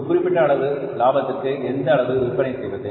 ஒரு குறிப்பிட்ட அளவு லாபத்திற்கு எந்த அளவு விற்பனையை செய்வது